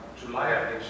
July